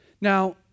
Now